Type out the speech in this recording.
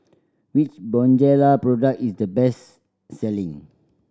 which Bonjela product is the best selling